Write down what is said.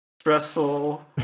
Stressful